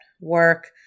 work